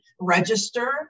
register